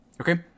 okay